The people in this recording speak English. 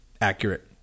accurate